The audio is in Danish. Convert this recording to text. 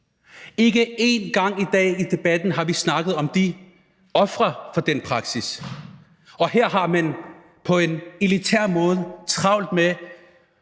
Ikke én gang i dag i debatten har vi snakket om de ofre for den praksis. Her har man på en elitær måde travlt med